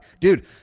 Dude